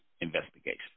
investigation